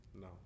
No